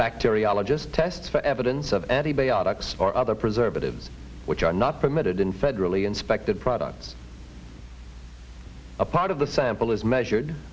bacteriologist test for evidence of antibiotics or other preservatives which are not permitted in federally inspected products a part of the sample is measured